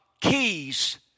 keys